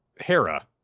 Hera